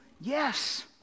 Yes